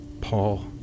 Paul